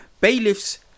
Bailiffs